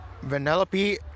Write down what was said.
Vanellope